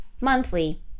monthly